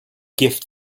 gift